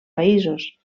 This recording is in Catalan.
països